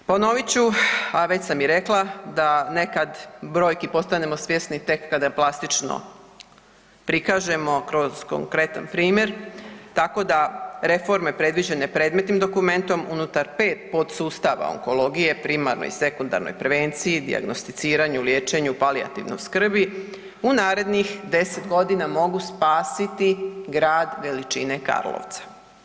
Ponovit ću, a već sam i rekla da nekad brojki postanemo svjesni tek kada plastično prikažemo kroz konkretan primjer tako da reforme predviđene predmetnim dokumentom unutar 5 podsustava onkologije, primarnoj i sekundarnoj prevenciji, dijagnosticiranju, liječenju, palijativnoj skrbi u narednih 10 godina mogu spasiti grad veličine Karlovca.